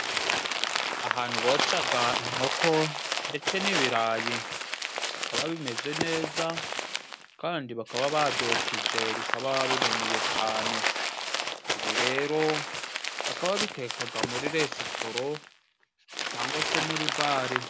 Ahantu bocaga inkoko ndece n'ibirayi, bikaba bimeze neza kandi bakaba babyokeje, bikaba biboneye cane. ibi rero bakaba bitekakwaga muri resitoro cyangwa se muri bale.